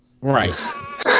Right